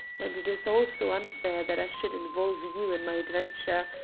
and it is also unfair that i should involve you in my adventure,